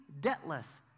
debtless